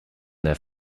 their